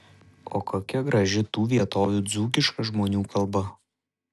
o kokia graži tų vietovių dzūkiška žmonių kalba